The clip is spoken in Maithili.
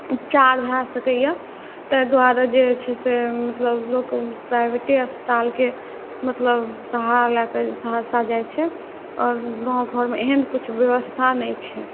उपचार भऽ सकैए ताहि दुआरे जे छै से मतलब लोक प्राइवेटे अस्पतालके मतलब सहारा लऽ कऽ सहरसा जाइ छै आओर गामघरमे एहन किछु बेबस्था नहि छै